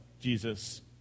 Jesus